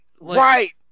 Right